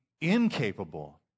incapable